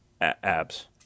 Abs